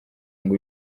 ngo